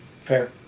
Fair